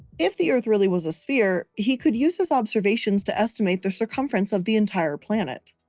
if the earth really was a sphere, he could use his observations to estimate the circumference of the entire planet.